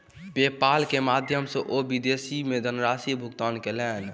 PayPal के माध्यम सॅ ओ विदेश मे धनराशि भुगतान कयलैन